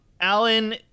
Alan